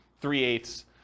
three-eighths